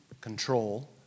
control